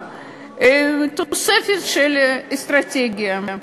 תוספת של אסטרטגיה.